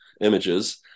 images